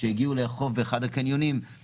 שהגיעו לאכוף באחד הקניונים,